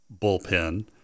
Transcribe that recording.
bullpen